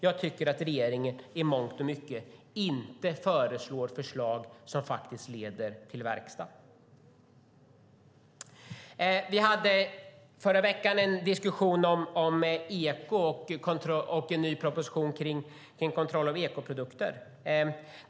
Jag tycker att regeringen i mångt och mycket inte lägger fram förslag som leder till verkstad. Vi hade förra veckan en diskussion om eko och en ny proposition kring kontroll av ekoprodukter.